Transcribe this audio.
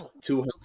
Two